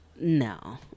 No